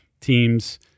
teams